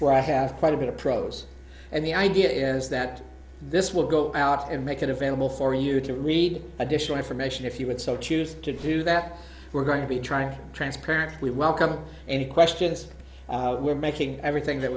where i have quite a bit of prose and the idea is that this will go out and make it available for you to read additional information if you would so choose to do that we're going to be trying to transparently welcome any questions we're making everything that